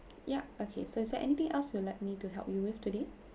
yup okay so is there anything else you are like me to help you with today